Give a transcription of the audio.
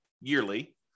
yearly